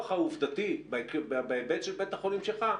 העובדתי בהיבט של בית החולים שלך,